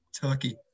Turkey